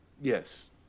Yes